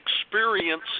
experience